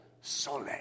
sole